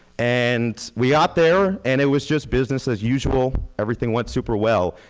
and we got there and it was just business as usual, everything went super well.